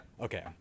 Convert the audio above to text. Okay